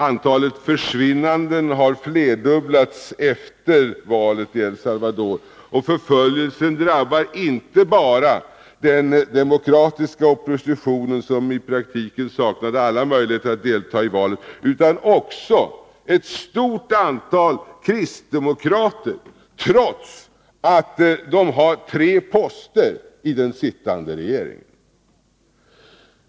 Antalet försvinnanden har flerdubblats efter valet i El Salvador, och förföljelsen drabbar inte bara den demokratiska oppositionen, som i praktiken saknade alla möjligheter att delta i valet, utan också ett stort antal kristdemokrater, trots att de innehar tre poster i den sittande regeringen.